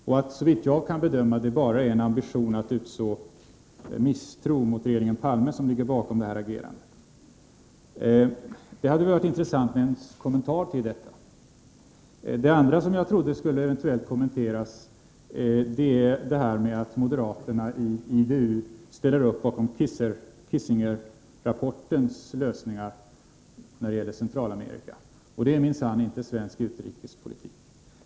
Och såvitt jag kan bedöma är det bara en ambition att utså misstro mot regeringen Palme som ligger bakom det här agerandet. Det hade varit intressant med en kommentar till detta. Det andra som jag trodde skulle eventuellt kommenteras var det förhållandet att moderaterna i IDU ställer upp bakom Kissingerrapportens lösningar när det gäller Centralamerika. Och det är minsann inte svensk utrikespolitik!